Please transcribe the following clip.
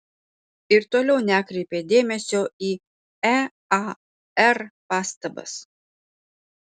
ir toliau nekreipė dėmesio į ear pastabas